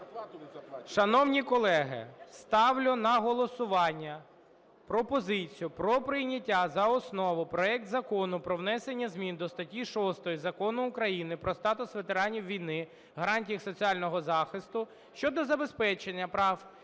Шановні колеги, ставлю на голосування пропозицію про прийняття за основу проекту Закону про внесення змін до статті 6 Закону України "Про статус ветеранів війни, гарантії їх соціального захисту" (щодо забезпечення прав